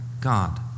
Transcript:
God